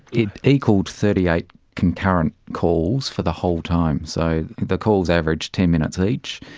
it equalled thirty eight concurrent calls for the whole time. so the calls averaged ten minutes each,